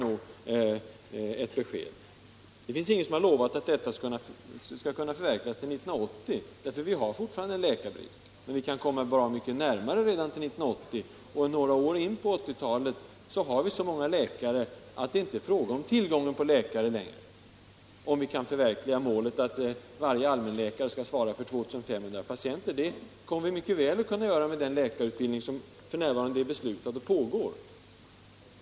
Det finns ingen som har lovat att det system vi föreslår skall förverkligas till 1980. Vi har fortfarande läkarbrist. Men vi kan komma mycket närmare målet redan 1980, och några år in på 1980-talet har vi så många läkare, att det inte längre är en fråga om tillgången på läkare om vi kan förverkliga målet att varje allmänläkare skall svara för 2 500 patienter. Det kommer vi mycket väl att kunna göra med den läkarutbildning som f.n. är beslutad och pågår.